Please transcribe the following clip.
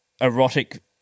erotic